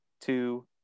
two